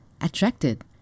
attracted